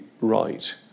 right